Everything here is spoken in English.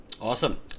Awesome